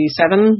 seven